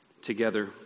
together